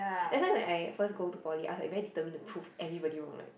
that's why when I first go to poly I was like very determined to prove everybody wrong like